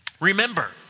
Remember